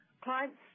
clients